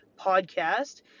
podcast